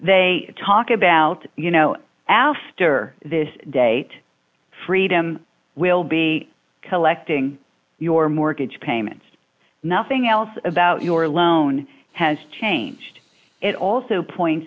they talk about you know after this date freedom will be collecting your mortgage payments nothing else about your loan has changed it also